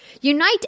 Unite